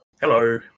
Hello